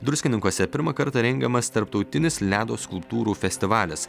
druskininkuose pirmą kartą rengiamas tarptautinis ledo skulptūrų festivalis